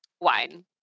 Wine